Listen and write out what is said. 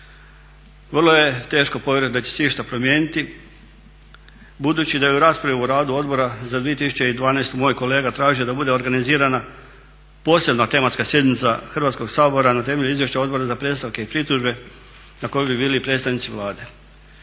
Vrlo je teško povjerovati da će se išta promijeniti, budući da je u raspravi u radu Odbora za 2012. moj kolega tražio da bude organizirana posebna tematska sjednica Hrvatskog sabora na temelju Izvješća Odbora za predstavke i pritužbe na kojoj bi bili i predstavnici Vlade.